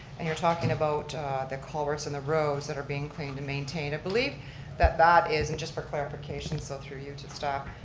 and you're talking about the culverts in the roads that are being cleaned and maintained. i believe that that is, and just for clarification, so through you to stop,